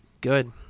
Good